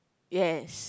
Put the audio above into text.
yes